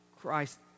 Christ